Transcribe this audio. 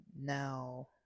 now